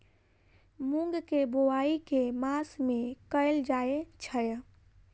मूँग केँ बोवाई केँ मास मे कैल जाएँ छैय?